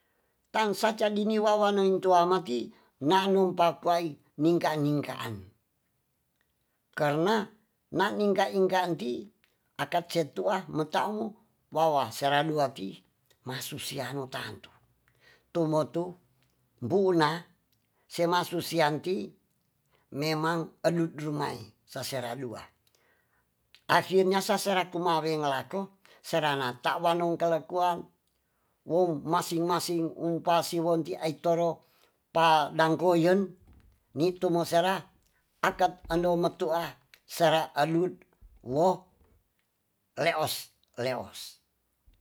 Tan saca dini wawan neng tuama ti nanu pakwai ningka-ningkaan karna nang ingka-ingka nti akat cetua metaumu wawa serandua ti masusianu tantu tumo tu buna semasusianti memang edudru mai sasera dua akhirnya sasera kumareng laku serana ta wa nu kelekuang wouw masing-masing u pasi won ji aitoro pa dang ku yen nitu mosera akat ando metua sera edut wo leos-leos